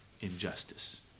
injustice